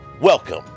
Welcome